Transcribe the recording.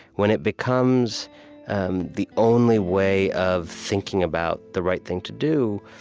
when it becomes and the only way of thinking about the right thing to do,